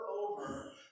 over